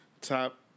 top